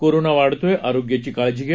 corona वाढतोय आरोग्याची काळजी घ्या